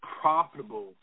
profitable